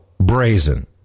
brazen